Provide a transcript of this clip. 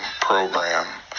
program